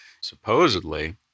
Supposedly